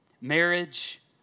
marriage